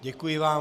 Děkuji vám.